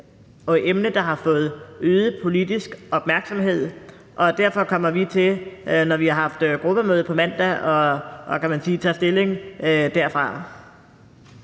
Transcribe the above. er et emne, der har fået øget politisk opmærksomhed, og derfor kommer vi til, når vi har haft gruppemøde på mandag, at tage stilling til